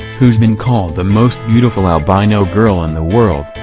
who's been called the most beautiful albino girl in the world,